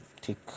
take